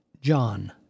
John